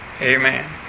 Amen